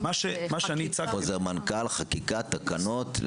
חוזר מנכ"ל, חקיקה, תקנות?